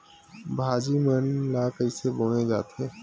भाजी मन ला कइसे बोए जाथे?